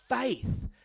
faith